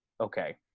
Okay